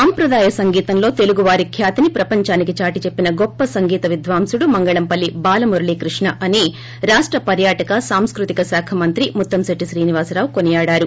సంప్రదాయ సంగీతంలో తెలుగువారి ఖ్యాతిని ప్రపంచానికి చాటి చెప్పిన గొప్ప సంగీత విద్యాంసుడు మంగళంపల్లి బాలమురళీకృష్ణ అని రాష్ట పర్యాటక సాంస్కృతిక శాఖ మంత్రి ముత్తంశెట్టి శ్రీనివాసరావు కొనియాడారు